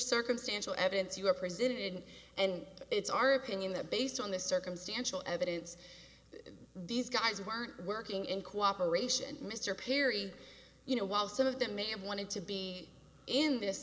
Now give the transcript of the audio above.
circumstantial evidence you are presented and it's our opinion that based on the circumstantial evidence these guys weren't working in cooperation and mr perry you know while some of them may have wanted to be in this